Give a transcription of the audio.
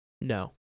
No